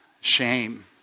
shame